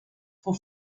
for